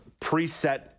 preset